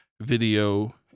video